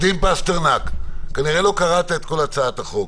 אתה כנראה לא קראת את החוק.